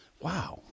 Wow